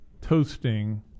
toasting